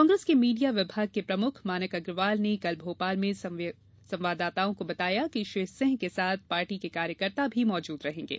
कांग्रेस के मीडिया विभाग के प्रमुख मानक अग्रवाल ने कल भोपाल में संवाददाताओं को बताया कि श्री सिंह के साथ पार्टी के कार्यकर्ता भी मौजूद रहेंगे